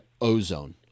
Ozone